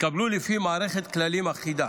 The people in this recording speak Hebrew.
יתקבלו לפי מערכת כללים אחידה.